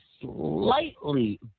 slightly